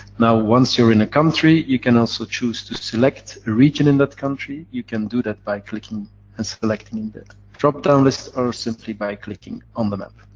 now, once you are in a country, you can also choose to select a region in that country. you can do that by clicking and selecting that dropdown list, or simply by clicking on the map.